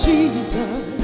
Jesus